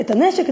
את הנשק,